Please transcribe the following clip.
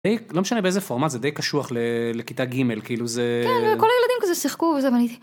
לא משנה באיזה פורמט זה די קשוח לכיתה ג' כאילו זה. כן, וכל הילדים כזה שיחקו וזה, ואני...